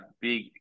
big